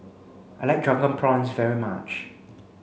I like drunken prawns very much